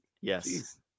Yes